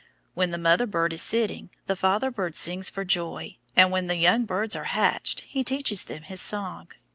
when the mother bird is sitting, the father bird sings for joy, and when the young birds are hatched he teaches them his song.